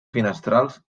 finestrals